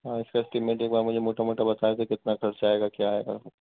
ہاں اس کا اسٹیمیٹ ایک بار مجھے موٹا موٹا بتا دیں کتنا خرچہ آئے گا کیا آئے گا